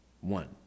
one